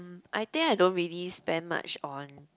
I think I don't really spend much on